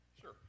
Sure